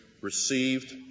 received